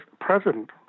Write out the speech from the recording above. president